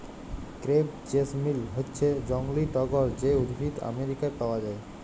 crepe jasmine হচ্যে জংলী টগর যে উদ্ভিদ আমেরিকায় পাওয়া যায়